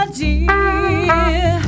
dear